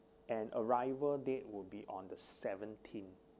and arrival date would be on the seventeenth